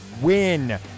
win